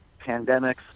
pandemics